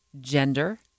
gender